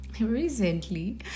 recently